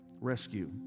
rescue